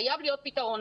חייב להיות פתרון.